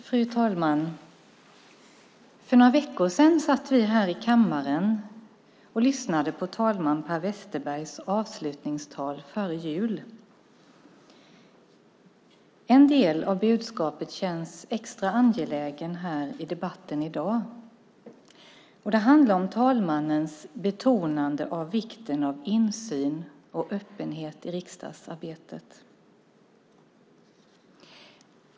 Fru talman! För några veckor sedan satt vi här i kammaren och lyssnade på talman Per Westerbergs avslutningstal före jul. En del av budskapet känns extra angeläget här i debatten i dag. Det handlar om talmannens betonande av vikten av insyn och öppenhet i riksdagsarbetet.